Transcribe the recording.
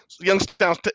Youngstown